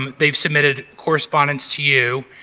um they submitted correspondence to you,